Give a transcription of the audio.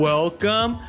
Welcome